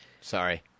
Sorry